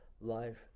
life